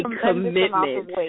commitment